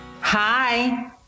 Hi